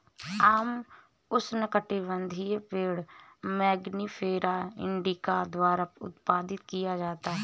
आम उष्णकटिबंधीय पेड़ मैंगिफेरा इंडिका द्वारा उत्पादित किया जाता है